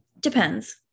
depends